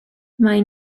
mae